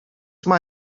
mae